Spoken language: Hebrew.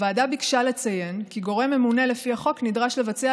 הוועדה ביקשה לציין כי גורם ממונה לפי החוק נדרש לבצע,